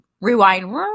rewind